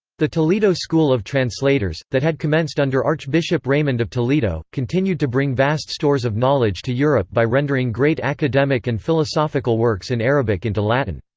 the toledo school of translators, that had commenced under archbishop raymond of toledo, continued to bring vast stores of knowledge to europe by rendering great academic and philosophical works in arabic into latin.